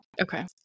Okay